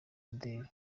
imideli